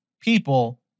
people